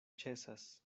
ĉesas